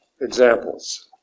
examples